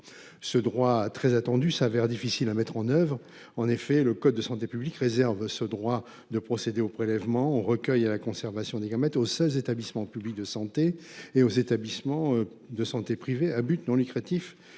ce droit très attendue s'avère difficile à mettre en oeuvre en effet le code de santé publique réserve ce droit de procéder aux prélèvements on recueille à la conservation des gamètes au 16 établissements publics de santé et aux établissements de santé privés à but non lucratif